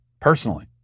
personally